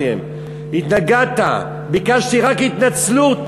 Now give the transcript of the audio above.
ביקשתי רק התנצלות,